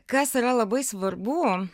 kas yra labai svarbu